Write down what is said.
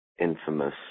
infamous